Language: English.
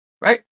Right